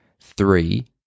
three